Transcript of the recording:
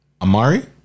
Amari